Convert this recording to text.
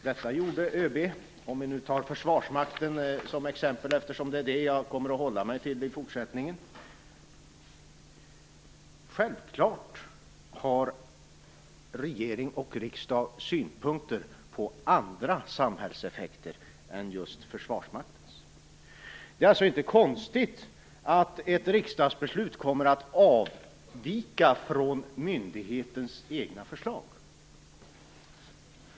Detta gjorde ÖB - för att nu ta Försvarsmakten som exempel, eftersom det är det jag kommer att hålla mig till i mitt anförande. Självfallet har regering och riksdag synpunkter på andra samhällseffekter än just Försvarsmaktens. Det är alltså inte konstigt att ett riksdagsbeslut kommer att avvika från myndighetens egna förslag.